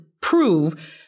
prove